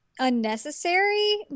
Unnecessary